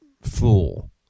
fool